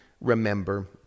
remember